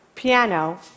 Piano